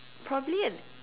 probably an